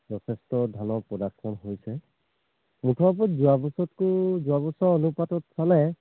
যথেষ্ট ধানৰ প্ৰডাকশ্যন হৈছে মুঠৰ ওপৰত যোৱা বছতকৈও যোৱা বছৰ অনুপাতত চালে